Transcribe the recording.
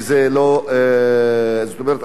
זאת אומרת,